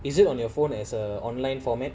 is it on your phone as a online format